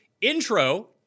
Intro